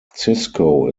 cisco